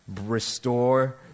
restore